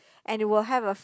and will have a